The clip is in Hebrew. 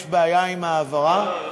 יש בעיה עם ההעברה?